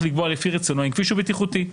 לקבוע לפי רצונו אם כביש הוא בטיחותי,